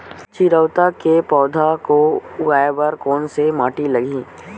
चिरैता के पौधा को उगाए बर कोन से माटी लगही?